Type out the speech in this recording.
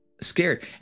scared